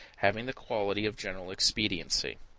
having the quality of general expediency.